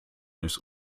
ist